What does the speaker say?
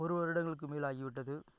ஒரு வருடங்களுக்கு மேல் ஆகிவிட்டது